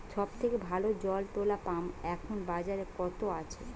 সব থেকে ভালো জল তোলা পাম্প এখন বাজারে কত আছে?